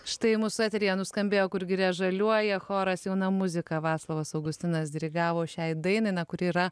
štai mūsų eteryje nuskambėjo kur giria žaliuoja choras jauna muzika vaclovas augustinas dirigavo šiai dainai na kuri yra